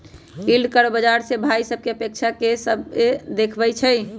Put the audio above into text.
yield curve बाजार से भाइ सभकें अपेक्षा के देखबइ छइ